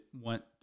want